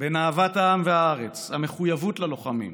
אהבת העם והארץ, המחויבות ללוחמים,